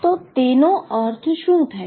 તો તેનો અર્થ શું થાય